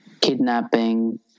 kidnapping